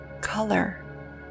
Color